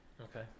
Okay